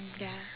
ya